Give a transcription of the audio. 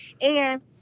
and-